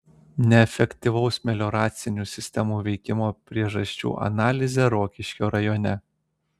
neefektyvaus melioracinių sistemų veikimo priežasčių analizė rokiškio rajone